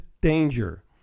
danger